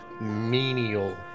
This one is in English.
menial